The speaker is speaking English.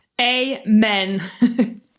Amen